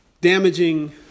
damaging